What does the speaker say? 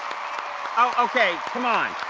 okay, come on,